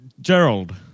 Gerald